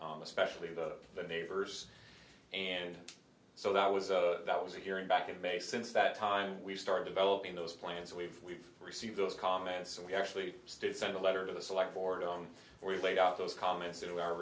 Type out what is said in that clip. especially those of the neighbors and so that was that was a hearing back in may since that time we started developing those plans we've we've received those comments and we actually sent a letter to the select board on we laid out those comments to our